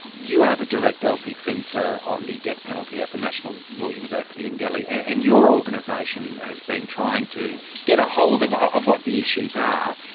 you are the director of the centre on the death penalty at the national law university in delhi, and and your organisation has been trying to get a hold of of what the issues are.